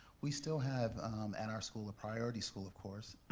we still have at our school a priority school, of course,